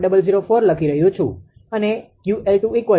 004 લખી રહ્યો છું અને QL20